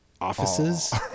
offices